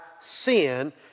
sin